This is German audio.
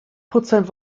prozent